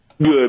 good